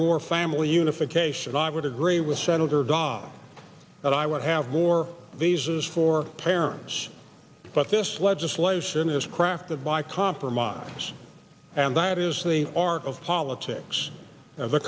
more family unification i would agree with senator dodd that i would have more visas for parents but this legislation is crafted by compromise and that is the art of politics